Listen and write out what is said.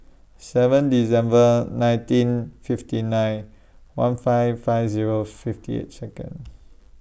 seven December nineteen fifty nine one five five Zero fifty eight Second